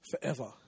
forever